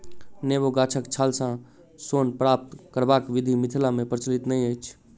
नेबो गाछक छालसँ सोन प्राप्त करबाक विधि मिथिला मे प्रचलित नै अछि